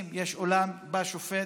יש אולם, בא שופט,